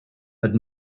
but